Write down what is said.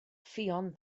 ffion